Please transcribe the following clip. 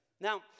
Now